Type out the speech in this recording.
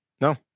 no